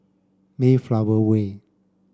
Mayflower Way